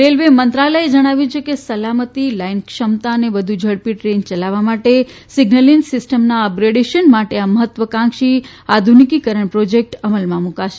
railway મંત્રાલયે ણાવ્યું કે સલામતી લાઇન ક્ષમતા અને વધુ ઝડપી દ્રેન યલાવવા માટે સીઝલિંગ સિસ્ટમના અપગ્રેડેશન માટે આ મહત્વાકાંક્ષી આધુનીકીકરણ પ્રોજેક્ટ અમલમાં મુકાશે